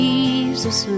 Jesus